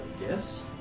yes